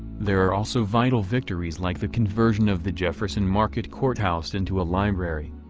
there are also vital victories like the conversion of the jefferson market courthouse into a library.